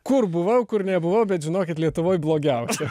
kur buvau kur nebuvau bet žinokit lietuvoj blogiausia